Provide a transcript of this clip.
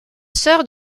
sœur